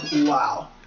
wow